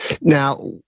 Now